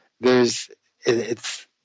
there's—it's